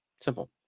Simple